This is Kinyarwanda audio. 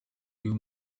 uyu